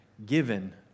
Given